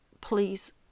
please